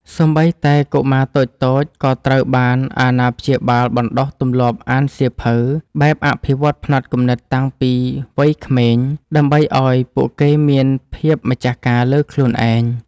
សូម្បីតែកុមារតូចៗ ក៏ត្រូវបានអាណាព្យាបាលបណ្ដុះទម្លាប់អានសៀវភៅបែបអភិវឌ្ឍផ្នត់គំនិតតាំងពីវ័យក្មេង ដើម្បីឱ្យពួកគេមានភាពម្ចាស់ការលើខ្លួនឯង។